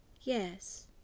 Yes